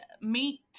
meet